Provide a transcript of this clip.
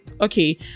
okay